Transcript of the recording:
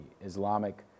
Islamic